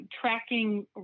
tracking